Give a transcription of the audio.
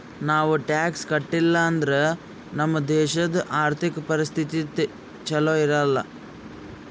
ನಾವ್ ಟ್ಯಾಕ್ಸ್ ಕಟ್ಟಿಲ್ ಅಂದುರ್ ನಮ್ ದೇಶದು ಆರ್ಥಿಕ ಪರಿಸ್ಥಿತಿ ಛಲೋ ಇರಲ್ಲ